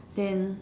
then